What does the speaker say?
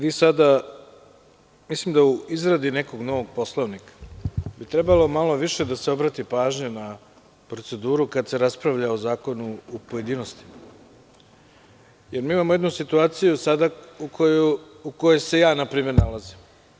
Vi sada, mislim da u izradi nekog novog poslovnika bi trebalo malo više da se obrati pažnja na proceduru kada se raspravlja o zakonu u pojedinostima, jer mi sada imamo situaciju u kojoj se ja, na primer, nalazim.